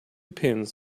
pins